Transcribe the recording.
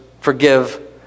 Forgive